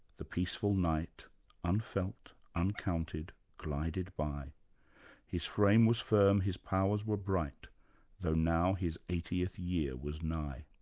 the peaceful night unfelt, uncounted, glided by his frame was firm his powers were bright though now his eightieth year was nigh.